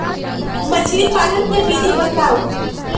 मछली पालन के विधि बताऊँ?